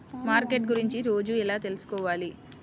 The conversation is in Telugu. మార్కెట్ గురించి రోజు ఎలా తెలుసుకోవాలి?